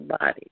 body